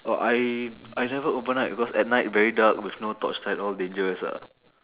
oh I I never overnight because at night very dark with no torchlight all dangerous ah